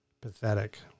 Pathetic